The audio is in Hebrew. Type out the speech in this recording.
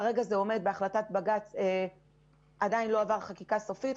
כרגע זה עומד בהחלטת בג"ץ ועדיין לא עבר חקיקה סופית,